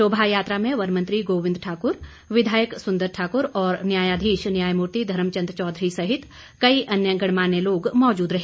शोभा यात्रा में वन मंत्री गोविंद ठाकुर विधायक सुंदर ठाकुर और न्यायाधीश न्यायमूर्ति धर्मचंद चौधरी सहित कई अन्य गणमान्य लोग मौजूद रहे